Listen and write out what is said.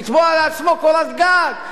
לתבוע לעצמו קורת גג,